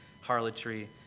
harlotry